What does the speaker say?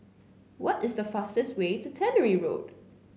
what is the fastest way to Tannery Road